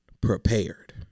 prepared